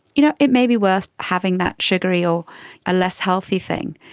you know it may be worth having that sugary or ah less healthy thing.